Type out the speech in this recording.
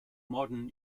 modern